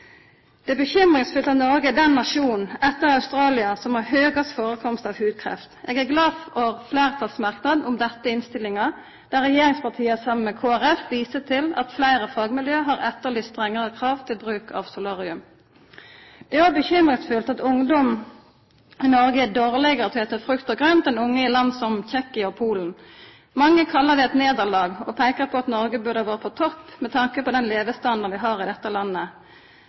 Det er bekymringsfullt at Noreg er den nasjonen etter Australia som har høgast førekomst av hudkreft. Eg er glad for fleirtalsmerknaden om dette i innstillinga, der regjeringspartia saman med Kristeleg Folkeparti viser til at fleire fagmiljø har etterlyst strengare krav til bruk av solarium. Det er òg bekymringsfullt at ungdom i Noreg er dårlegare til å eta frukt og grønt enn unge i land som Tsjekkia og Polen. Mange kallar det eit nederlag og peikar på at Noreg burde ha vore på topp med tanke på den levestandarden vi har i dette landet.